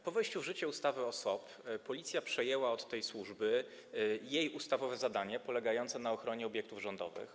Po wejściu w życie ustawy o SOP Policja przejęła od tej służby jej ustawowe zadanie polegające na ochronie obiektów rządowych.